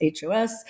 HOS